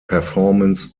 performance